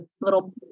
little